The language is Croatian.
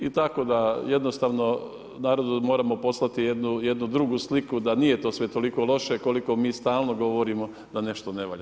I tako da jednostavno narodu moramo poslati jednu drugu sliku da nije to sve toliko loše koliko mi stalno govorimo da nešto ne valja.